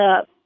up